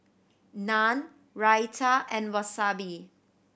Naan Raita and Wasabi